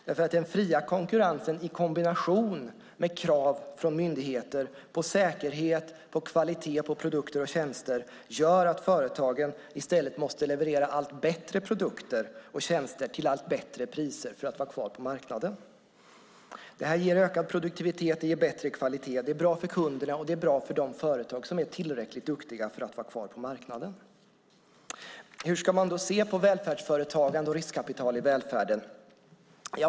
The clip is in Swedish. Den fria konkurrensen i kombination med krav från myndigheter - krav på säkerhet och kvalitet på produkter och tjänster - gör att företagen måste leverera allt bättre produkter och tjänster till allt bättre priser för att kunna vara kvar på marknaden. Det ger ökad produktivitet och bättre kvalitet samt är bra för kunderna och för de företag som är tillräckligt duktiga för att vara kvar på marknaden. Hur ska man då se på välfärdsföretagande och riskkapital i välfärden?